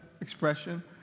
expression